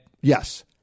Yes